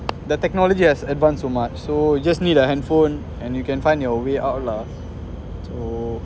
the technology has advanced so much so you just need a handphone and you can find your way out lah so